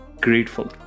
grateful